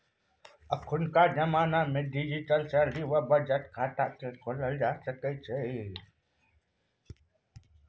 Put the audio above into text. अखुनका जमानामे digital salary वा बचत खाता खोलल जा सकैत छै